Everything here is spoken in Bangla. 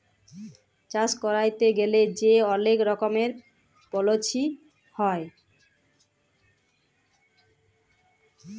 চাষ ক্যইরতে গ্যালে যে অলেক রকমের পলিছি হ্যয়